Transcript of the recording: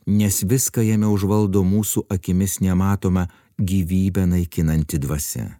nes viską jame užvaldo mūsų akimis nematoma gyvybę naikinanti dvasia